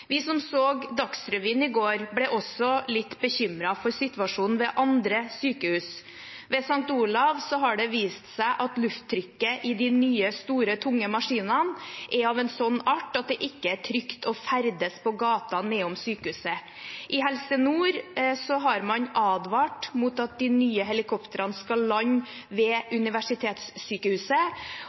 Vi som så Dagsrevyen i går, ble også litt bekymret for situasjonen ved andre sykehus. Ved St. Olavs hospital har det vist seg at lufttrykket i de nye store, tunge maskinene er av en sånn art at det ikke er trygt å ferdes på gaten nedenfor sykehuset. I Helse Nord har man advart mot at de nye helikoptrene skal lande ved Universitetssykehuset.